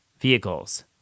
vehicles